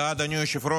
תודה, אדוני היושב-ראש.